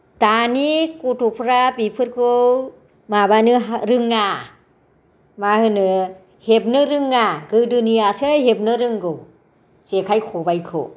दानि गथ'फोरा बेफोरखौ माबानो रोङा मा होनो हेबनो रोङा गोदोनियासो हेबनो रोंगौ जेखाइ खबायखौ